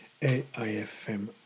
AIFM